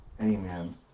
Amen